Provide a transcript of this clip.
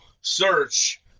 search